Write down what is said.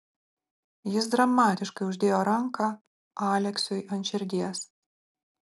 jis dramatiškai uždėjo ranką aleksiui ant širdies